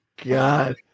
God